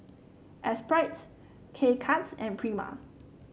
Esprit K Cuts and Prima